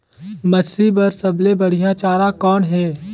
मछरी बर सबले बढ़िया चारा कौन हे?